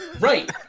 right